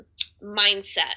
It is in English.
mindset